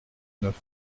neuf